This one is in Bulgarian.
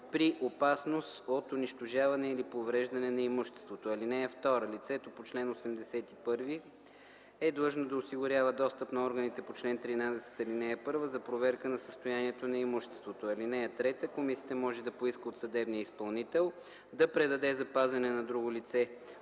при опасност от унищожаване или повреждане на имуществото. (2) Лицето по чл. 81 е длъжно да осигурява достъп на органите по чл. 13, ал. 1 за проверка на състоянието на имуществото. (3) Комисията може да поиска от съдебния изпълнител да предаде за пазене на друго лице